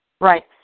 Right